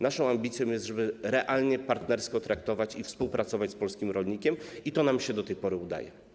Naszą ambicją jest, żeby realnie, partnersko traktować i współpracować z polskim rolnikiem - i to nam się do tej pory udaje.